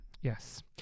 Yes